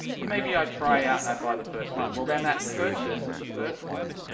but maybe i try out and i buy the first one, well then that purchase of the first one,